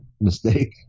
mistake